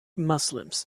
muslims